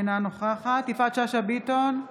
אינה נוכחת יפעת שאשא ביטון,